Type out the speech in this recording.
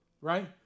right